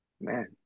man